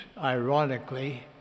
ironically